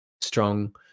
strong